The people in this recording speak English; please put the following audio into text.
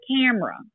camera